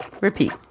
Repeat